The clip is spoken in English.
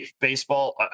Baseball